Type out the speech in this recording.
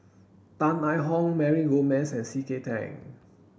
Tan I Tong Mary Gomes and C K Tang